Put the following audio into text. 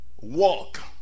walk